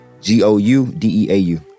G-O-U-D-E-A-U